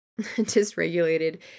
dysregulated